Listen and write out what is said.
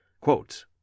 Quote